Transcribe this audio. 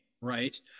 Right